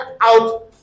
out